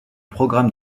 programme